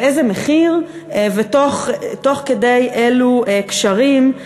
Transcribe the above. באיזה מחיר ותוך כדי אילו קשרים,